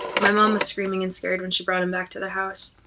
my mom was screaming and scared when she brought him back to the house.